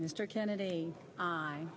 mr kennedy